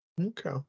Okay